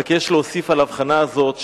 רק יש להוסיף על האבחנה הזאת,